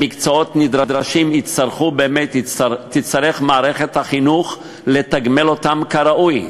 תצטרך מערכת החינוך לתגמל אותם כראוי.